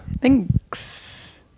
Thanks